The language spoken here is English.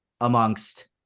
amongst